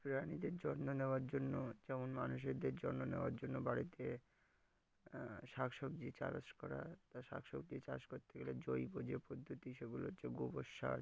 প্রাণীদের যত্ন নেওয়ার জন্য যেমন মানুষদের যত্ন নেওয়ার জন্য বাড়িতে শাক সবজি চাষ করা তা শাক সবজি চাষ করতে গেলে জৈব যে পদ্ধতি সেগুলো হচ্ছে গোবর সার